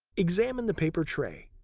examine the paper tray.